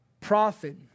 Prophet